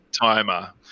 timer